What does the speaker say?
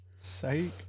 sake